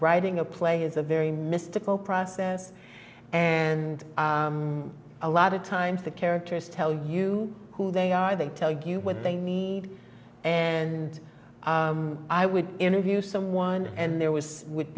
ting a play is a very mystical process and a lot of times the characters tell you who they are they tell you what they need and i would interview someone and there was would